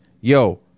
Yo